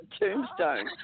Tombstone